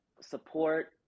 support